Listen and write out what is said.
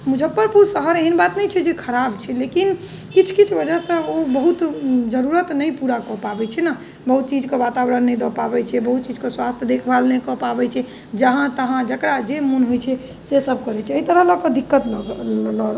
मुजफ्फरपुर शहर एहन बात नहि छै जे खराब छै लेकिन किछु किछु वजहसँ ओ बहुत जरूरत नहि पूरा कऽ पाबै छै ने बहुत चीजके वातावरण नहि दऽ पाबै छै बहुत चीजके स्वास्थ्य देखभाल नहि कऽ पाबै छै जहाँ तहाँ जकरा जे मोन होइ छै से सब करै छै एहि तरह लोकके दिक्कत लऽ